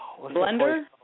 Blender